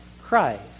Christ